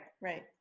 Right